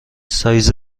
سایز